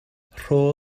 rho